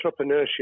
entrepreneurship